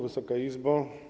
Wysoka Izbo!